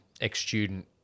ex-student